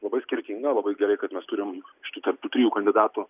labai skirtinga labai gerai kad mes turim iš tų tarp tų trijų kandidatų